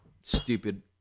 stupid